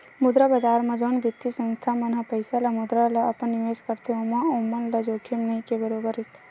मुद्रा बजार म जउन बित्तीय संस्था मन ह पइसा ल मुद्रा ल अपन निवेस करथे ओमा ओमन ल जोखिम नइ के बरोबर रहिथे